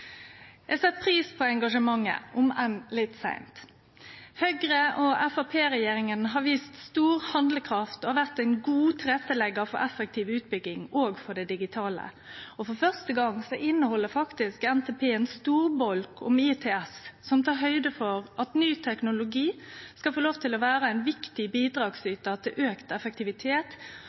Eg set pris på engasjementet, sjølv om det kjem litt seint. Høgre–Framstegsparti-regjeringa har vist stor handlekraft og har vore ein god tilretteleggjar for effektiv utbygging, òg av det digitale. For første gong inneheld NTP ein stor bolk om ITS, som tek høgd for at ny teknologi skal få lov til å vere ein viktig bidragsytar til auka effektivitet